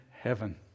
Heaven